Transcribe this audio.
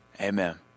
Amen